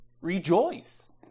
rejoice